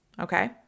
okay